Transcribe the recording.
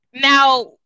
Now